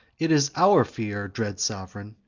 it is our fear, dread sovereign,